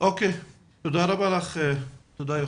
תודה יוכי.